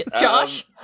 Josh